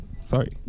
Sorry